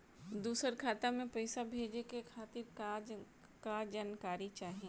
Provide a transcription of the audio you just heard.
दूसर खाता में पईसा भेजे के खातिर का का जानकारी चाहि?